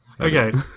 Okay